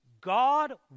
God